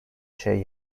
şey